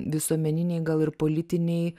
visuomeniniai gal ir politiniai